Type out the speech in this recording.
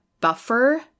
buffer